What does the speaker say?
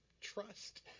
trust